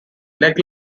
leg